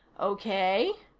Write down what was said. okay?